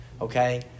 Okay